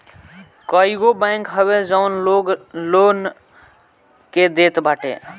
कईगो बैंक हवे जवन लोन लोग के देत बाटे